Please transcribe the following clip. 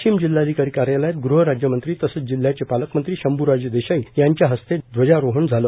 वाशिम जिल्हाधिकारी कार्यालयात गृहराज्यमंत्री तसचं जिल्ह्याचे पालकमंत्री शंभ्राजे देसाई यांच्या हस्ते ध्वजारोहण झालं